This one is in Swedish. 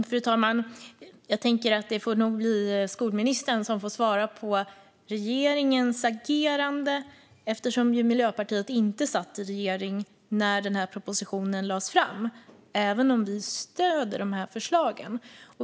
Fru talman! Det får nog bli skolministern som får svara för regeringens agerande, eftersom Miljöpartiet inte satt i regering när denna proposition lades fram, även om vi stöder dessa förslag.